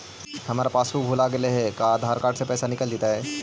हमर पासबुक भुला गेले हे का आधार कार्ड से पैसा निकल जितै?